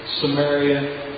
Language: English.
Samaria